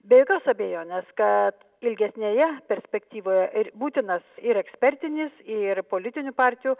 be jokios abejonės kad ilgesnėje perspektyvoje ir būtinas ir ekspertinis ir politinių partijų